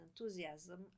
enthusiasm